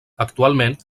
actualment